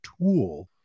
tool